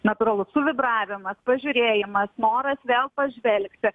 natūralu suvibravimas pažiurėjimas noras vėl pažvelgti